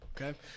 Okay